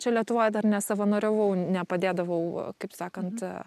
čia lietuvoj dar nesavanoriavau nepadėdavau kaip sakant